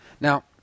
Now